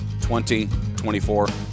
2024